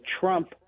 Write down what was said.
Trump